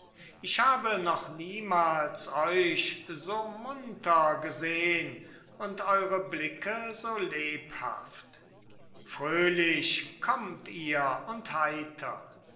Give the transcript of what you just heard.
ich habe noch niemals euch so munter gesehn und eure blicke so lebhaft fröhlich kommt ihr und heiter